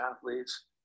athletes